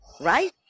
right